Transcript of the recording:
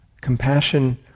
Compassion